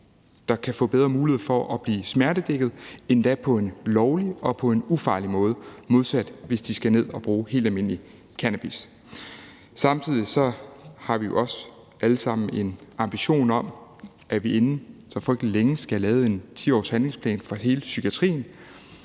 der kan få bedre mulighed for at blive smertedækket, endda på en lovlig og ufarlig måde, modsat hvis de skal bruge helt almindelig cannabis. Samtidig har vi jo også alle sammen en ambition om, at vi inden så frygtelig længe skal have lavet en 10-årshandlingsplan for hele psykiatrien.